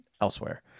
elsewhere